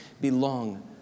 belong